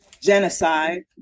genocide